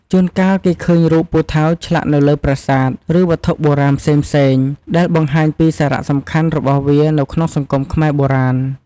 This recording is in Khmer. ជួនកាលគេឃើញរូបពូថៅឆ្លាក់នៅលើប្រាសាទ ឬវត្ថុបុរាណផ្សេងៗ ដែលបង្ហាញពីសារៈសំខាន់របស់វាក្នុងសង្គមខ្មែរបុរាណ។